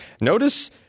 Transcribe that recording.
Notice